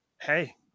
hey